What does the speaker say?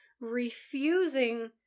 refusing